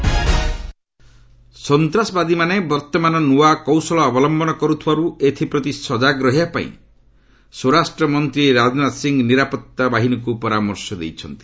Rajnath terrorist ସନ୍ତାସବାଦୀମାନେ ବର୍ତ୍ତମାନ ନୂଆ କୌଶଳ ଅବଲମ୍ବନ କରୁଥିବାରୁ ଏଥିପ୍ରତି ସଜାଗ ରହିବାପାଇଁ ସ୍ୱରାଷ୍ଟ୍ର ମନ୍ତ୍ରୀ ରାଜନାଥ ସିଂ ନିରାପଭା ବାହିନୀକୂ ପରାମର୍ଶ ଦେଇଛନ୍ତି